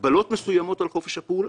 הגבלות מסוימות על חופש הפעולה.